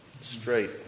straight